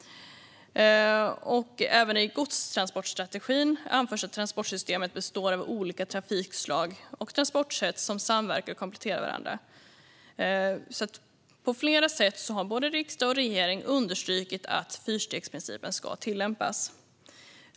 Även i godstransportstrategin anförs att transportsystemet består av olika trafikslag och transportsätt som samverkar och kompletterar varandra. På flera sätt har alltså både riksdag och regering understrukit att fyrstegsprincipen ska tillämpas.